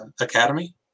Academy